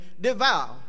devour